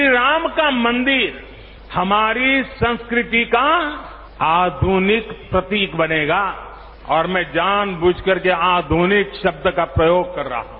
श्रीराम का मंदिर हमारी संस्कृति का आष्ट्रनिक प्रतीक बनेगा और मैं जानबूझ करके आष्ट्रनिक शब्द का प्रयोग कर रहा हूं